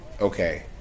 Okay